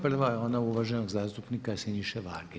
Prva je ona uvaženog zastupnik Siniše Varge.